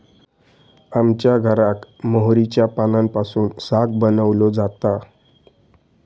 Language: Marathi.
आमच्या घराक मोहरीच्या पानांपासून साग बनवलो जाता